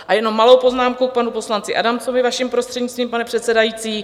A jenom malou poznámku k panu poslanci Adamcovi, vaším prostřednictvím, pane předsedající.